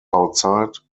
outside